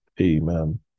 amen